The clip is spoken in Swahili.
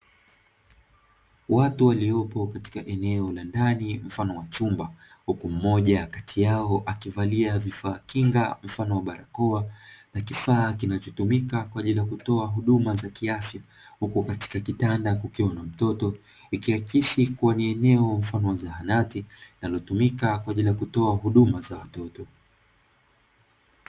Watu waliopo katika eneo la ndani mfano wa chumba, huku mmoja kati yao akivalia vifaa kinga mfano wa barakoa na kifaa kinachotumika kwa ajili ya kutoa huduma za kiafya; huku katika kitanda kukiwa na mtoto, ikiakisi kuwa ni eneo mfano wa zahanati linalotumika kwa ajili ya kutoa huduma za watoto.